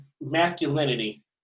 masculinity